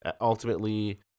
ultimately